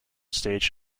stage